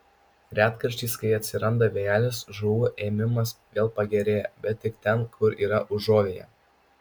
retkarčiais kai atsiranda vėjelis žuvų ėmimas vėl pagerėja bet tik ten kur yra užuovėja